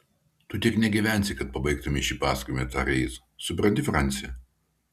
tu tiek negyvensi kad pabaigtumei šį pasakojimą tarė jis supranti franci